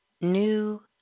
new